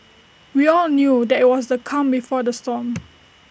we all knew that IT was the calm before the storm